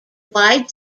wide